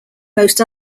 most